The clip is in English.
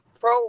pro